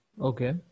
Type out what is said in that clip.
Okay